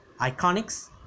Iconics